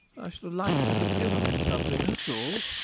i should like to have given him something that's all.